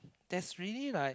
there's really like